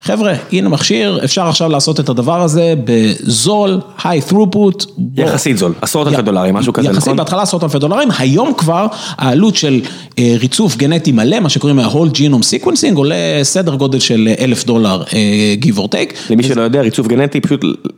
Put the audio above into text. חבר'ה, הנה המכשיר, אפשר עכשיו לעשות את הדבר הזה בזול, high throughput. יחסית זול, עשרות אלפי דולרים, משהו כזה, נכון? יחסית, בהתחלה עשרות אלפי דולרים, היום כבר, העלות של ריצוף גנטי מלא, מה שקוראים ה-whole genome sequencing, עולה סדר גודל של אלף דולר, give or take. למי שלא יודע, ריצוף גנטי פשוט...